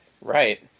Right